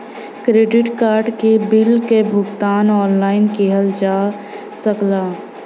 credit card के bill क भुगतान ऑनलाइन किहल जा सकला